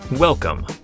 Welcome